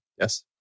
yes